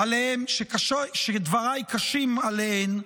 שדבריי קשים עליהן,